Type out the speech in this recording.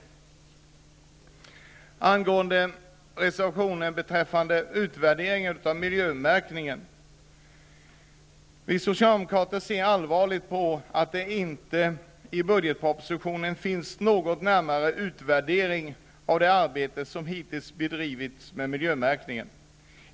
Sedan något om den reservation som handlar om en utvärdering av miljömärkningen. Vi socialdemokrater ser allvarligt på det faktum att det i budgetpropositionen inte finns någon närmare utvärdering av det arbete som hittills bedrivits i fråga om miljömärkningen.